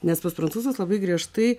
nes pas prancūzus labai griežtai